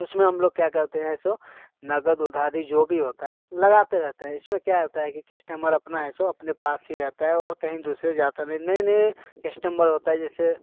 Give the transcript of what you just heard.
उसमें हम लोग क्या करते हैं तो नगद उधारी जो भी होता है लगाते रहते हैं इसमें क्या होता है कि कस्टमर अपना है तो अपने पास ही रहता है और कहीं दूसरी जगह जाता नहीं नए नए कस्टमर होता है जैसे